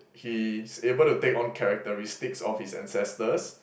he's able to take on characteristics of his ancestors